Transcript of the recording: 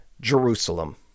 Jerusalem